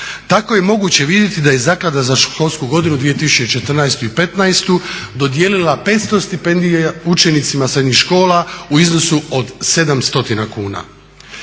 Tako je moguće vidjeti da je zaklada za školsku godinu 2014. i '15. dodijelila 500 stipendija učenicima srednjih škola u iznosu od 7 stotina